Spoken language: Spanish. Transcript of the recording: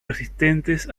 resistentes